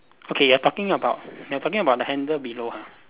okay you are talking about you are talking about the handle below ah